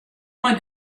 mei